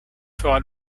fera